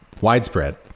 widespread